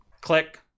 click